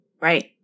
Right